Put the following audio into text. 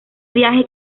viaje